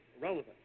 relevant